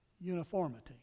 uniformity